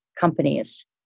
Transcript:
companies